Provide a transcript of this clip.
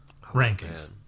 Rankings